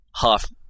Half